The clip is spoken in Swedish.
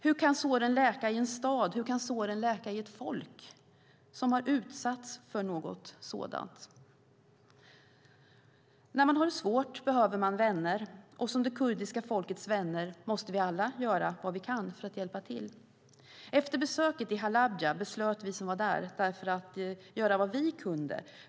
Hur kan såren läka i en stad, hur kan såren läka i ett folk som har utsatts för något sådant? När man har det svårt behöver man vänner, och som det kurdiska folkets vänner måste vi alla göra vad vi kan för att hjälpa till. Efter besöket i Halabja beslöt vi som var där därför att göra vad vi kunde.